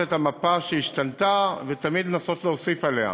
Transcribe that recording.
את המפה שהשתנתה ותמיד לנסות להוסיף עליה.